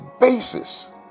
basis